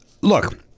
Look